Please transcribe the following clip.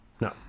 no